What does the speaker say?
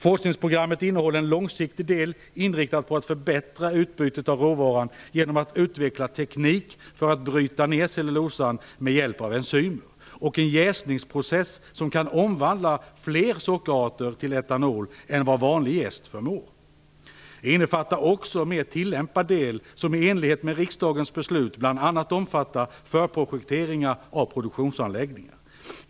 Forskningsprogrammet innehåller en långsiktig del, som är inriktad på ett förbättrat utbyte av råvaror genom utvecklad teknik för nedbrytning av cellulosan med hjälp av enzymer, och en jäsningsprocess som kan omvandla fler sockerarter till etanol än vad vanlig jäst förmår. Det innefattar också en mer tillämpad del som i enlighet med riksdagens beslut bl.a. omfattar förprojekteringar av produktionsanläggningar.